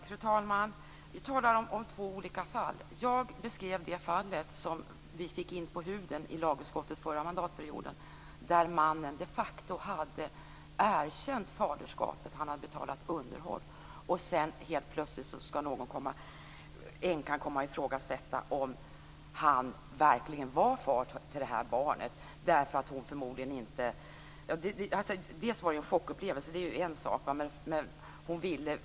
Fru talman! Vi talar om två olika fall. Jag beskrev det fall som vi fick inpå huden i lagutskottet förra mandatperioden, där mannen de facto hade erkänt faderskapet. Han hade betalat underhåll. Helt plötsligt skall änkan ifrågasätta om han verkligen var far till barnet. Det var en chockupplevelse. Det är en sak.